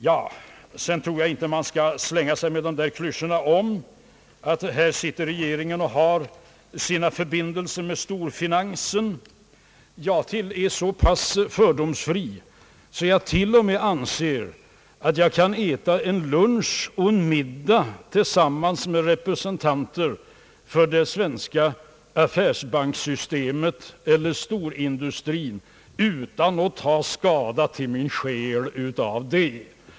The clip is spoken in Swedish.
Jag tror inte att man bör slänga omkring sig klyschorna om att regeringen har sina förbindelser med storfinansen. Jag är så pass fördomsfri att jag t.o.m. anser att jag kan äta en lunch och en middag tillsammans med representanter för det svenska affärsbankssystemet eller storindustrin utan att ta skada till min själ av det!